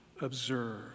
observe